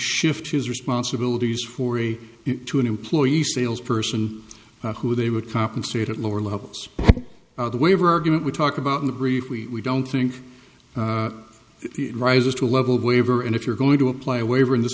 shift his responsibilities for a to an employee sales person who they would compensate at lower levels the waiver argument we talked about in the brief we don't think it rises to a level waiver and if you're going to apply a waiver in this